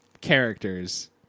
characters